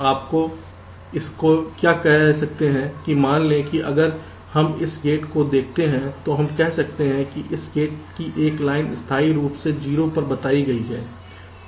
आप इसके क कारण आप क्या कह सकते हैं कि मान लें कि अगर हम इस गेट को देखते हैं तो हम कह सकते हैं कि इस गेट की एक लाइन स्थायी रूप से 0 पर बताई गई है